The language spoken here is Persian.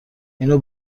اینو